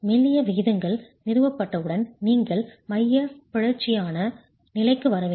மெல்லிய விகிதங்கள் நிறுவப்பட்டவுடன் நீங்கள் மையப் பிறழ்ச்சியான நிலைக்கு வர வேண்டும்